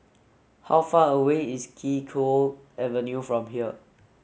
how far away is Kee Choe Avenue from here